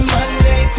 Monday